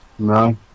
No